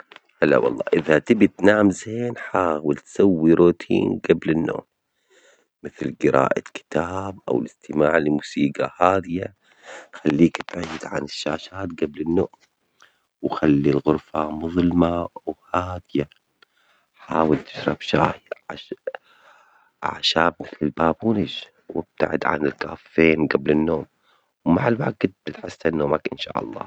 هلا والله، إذا تبي تنام زين حاول تسوي روتين جبل النوم، مثل جراءة كتاب أو الاستماع لموسيجى هادية، خليك بعيد عن الشاشات جبل النوم، وخلي الغرفة مظلمة وهادية، حاول تشرب شاي أعشاب، أعشاب مثل البابونج وابتعد عن الكافيين جبل النوم، مع الوجت بيتحسن نومك إن شاء الله.